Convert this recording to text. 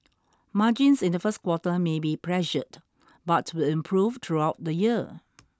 margins in the first quarter may be pressured but will improve throughout the year